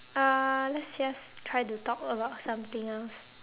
uh let's just try to talk about something else